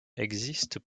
existent